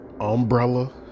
umbrella